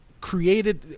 created